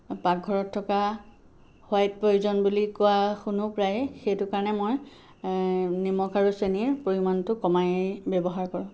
পাকঘৰত থকা white poison বুলি কোৱা শুনো প্ৰায়েই সেইটো কাৰণে মই নিমখ আৰু চেনিৰ পৰিমাণটো কমাই ব্যৱহাৰ কৰোঁ